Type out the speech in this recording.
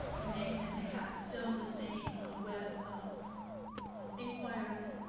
and they and they have still the same ah web of of inquiries